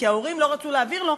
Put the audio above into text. כי ההורים לא רצו להעביר לו,